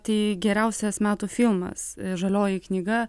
tai geriausias metų filmas žalioji knyga